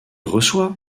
reçoit